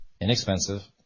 inexpensive